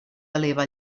eleva